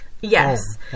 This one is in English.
yes